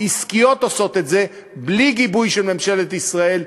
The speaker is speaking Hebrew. עסקיות עושות את זה בלי גיבוי של ממשלת ישראל.